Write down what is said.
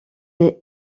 est